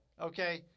okay